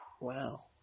Wow